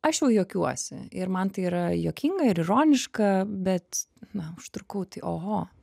aš jau juokiuosi ir man tai yra juokinga ir ironiška bet na užtrukau tai oho